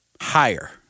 Higher